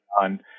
on